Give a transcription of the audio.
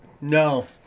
No